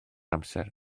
amser